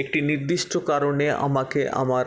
একটি নির্দিষ্ট কারণে আমাকে আমার